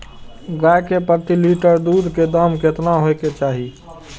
गाय के प्रति लीटर दूध के दाम केतना होय के चाही?